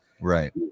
Right